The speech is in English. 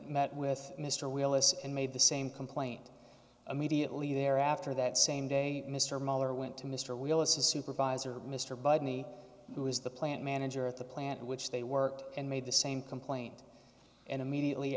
met with mr willis and made the same complaint immediately thereafter that same day mr miller went to mr willis a supervisor mr bud me who is the plant manager at the plant which they worked and made the same complaint and immediately